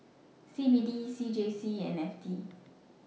CBD CJC and FT